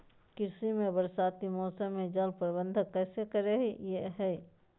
कृषि में बरसाती मौसम में जल प्रबंधन कैसे करे हैय?